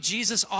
Jesus